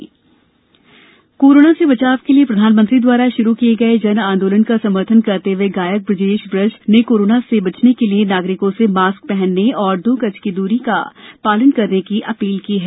जन आंदोलन कोरोना से बचाव के लिए प्रधानमंत्री द्वारा शुरू किये गये जन आंदोलन का समर्थन करते हुए गायक ब्रजेश बरार ने कोरोना से बचने के लिए नागरिकों से मास्क पहनने और दो गज की दूरी के नियम का पालन करने की अपील की है